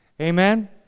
Amen